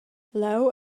leu